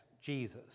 Jesus